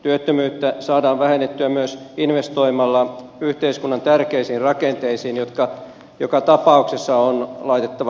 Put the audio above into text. työttömyyttä saadaan vähennettyä myös investoimalla yhteiskunnan tärkeisiin rakenteisiin jotka joka tapauksessa on laitettava kuntoon